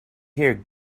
hear